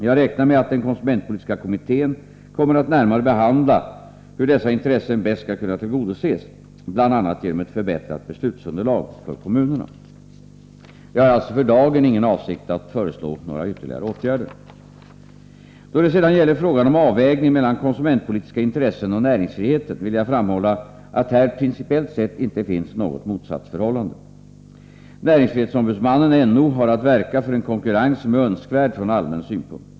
Jag räknar med att den konsumentpolitiska kommittén kommer att närmare behandla hur dessa intressen bäst skall kunna tillgodoses bl.a. genom ett förbättrat beslutsunderlag för kommunerna. Jag har alltså för dagen ingen avsikt att föreslå några ytterligare åtgärder. Då det sedan gäller frågan om avvägning mellan konsumentpolitiska intressen och näringsfriheten, vill jag framhålla att här principiellt sett inte finns något motsatsförhållande. Näringsfrihetsombudsmannen har att verka för en konkurrens som är önskvärd från allmän synpunkt.